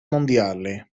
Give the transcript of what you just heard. mondiale